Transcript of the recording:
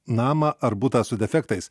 namą ar butą su defektais